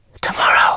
Tomorrow